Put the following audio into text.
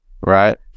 right